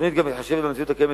התוכנית גם מתחשבת במציאות הקיימת,